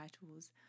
titles